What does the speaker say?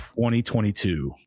2022